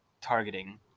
targeting